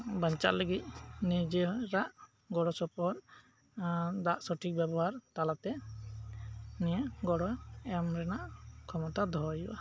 ᱵᱟᱧᱪᱟᱜ ᱞᱟᱹᱜᱤᱫ ᱱᱤᱡᱮᱨᱟᱜ ᱜᱚᱲᱚ ᱥᱚᱯᱚᱦᱚᱫ ᱫᱟᱜ ᱥᱚᱴᱷᱤᱠ ᱵᱮᱵᱚᱦᱟᱨ ᱛᱟᱞᱟᱛᱮ ᱱᱤᱭᱟᱹ ᱜᱚᱲᱚ ᱮᱢ ᱨᱮᱭᱟᱜ ᱠᱷᱚᱢᱚᱛᱟ ᱫᱚᱦᱚᱭ ᱦᱩᱭᱩᱜᱼᱟ